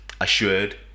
assured